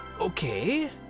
Okay